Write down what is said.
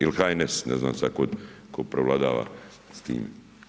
Ili HNS, ne znam sad tko prevladava s tim.